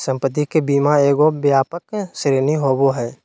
संपत्ति के बीमा एगो व्यापक श्रेणी होबो हइ